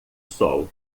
sol